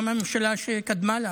גם הממשלה שקדמה לה,